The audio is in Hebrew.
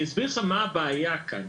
אני אסביר לך מה הבעיה כאן,